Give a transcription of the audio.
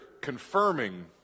confirming